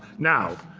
now,